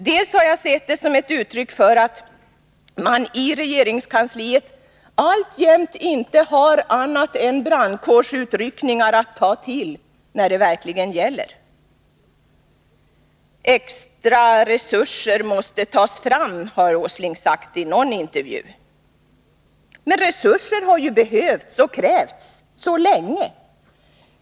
Vidare har jag sett detta som ett uttryck för att man i regeringskansliet alltjämt inte har annat än brandkårsutryckningar att ta till när det verkligen gäller. Extra resurser måste tas fram, har Nils Åsling sagt i någon intervju. Men resurser har ju behövts och krävts så länge.